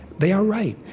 they are right.